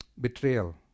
Betrayal